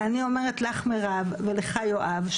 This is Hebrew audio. ואני אומרת לך מירב ולך יואב,